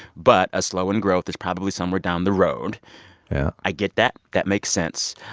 but a slow in growth is probably somewhere down the road. yeah i get that. that makes sense.